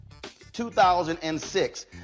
2006